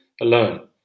alone